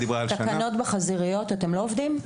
תקנות בחזיריות, אתם לא עובדים?